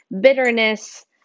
bitterness